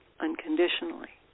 unconditionally